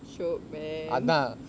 shiok man